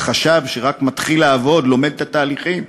החשב, שרק מתחיל לעבוד, לומד את התהליכים,